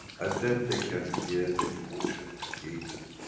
and then they can hear the emotion created